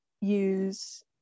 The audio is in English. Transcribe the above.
use